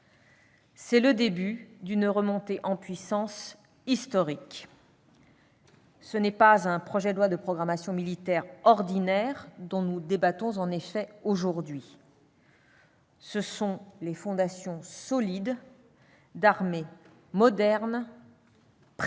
C'est le début d'une remontée en puissance historique. En effet, ce n'est pas un projet de loi de programmation militaire ordinaire dont nous débattons aujourd'hui : ce sont les fondations solides d'armées modernes, prêtes,